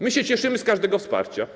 My się cieszymy z każdego wsparcia.